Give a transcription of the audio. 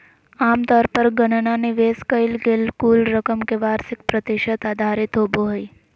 आमतौर पर गणना निवेश कइल गेल कुल रकम के वार्षिक प्रतिशत आधारित होबो हइ